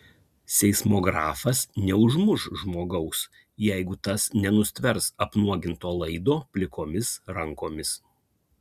seismografas neužmuš žmogaus jeigu tas nenustvers apnuoginto laido plikomis rankomis